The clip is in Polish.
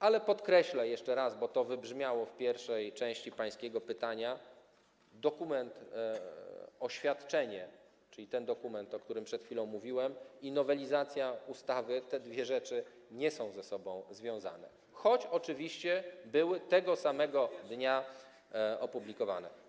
Ale podkreślę jeszcze raz, bo to wybrzmiało w pierwszej części pańskiego pytania: Dokument, oświadczenie, czyli ten dokument, o którym przed chwilą mówiłem, i nowelizacja ustawy, te dwie rzeczy nie są ze sobą związane, choć oczywiście były tego samego dnia opublikowane.